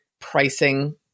pricing